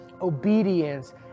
obedience